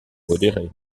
modérée